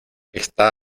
esta